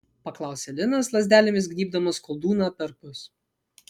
paklausė linas lazdelėmis gnybdamas koldūną perpus